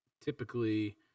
typically